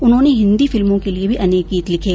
उन्होंने हिंदी फिल्मों के लिए भी अनेक गीत लिखे